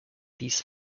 these